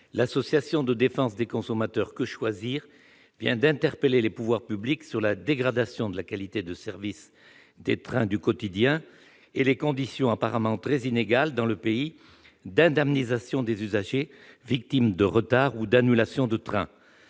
L'association de défense des consommateurs UFC-Que choisir vient d'interpeller les pouvoirs publics sur la dégradation de la qualité de service des trains du quotidien et sur les conditions, apparemment très inégales dans le pays, d'indemnisation des usagers victimes de retards ou d'annulations de trains.